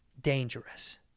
dangerous